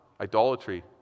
idolatry